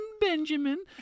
Benjamin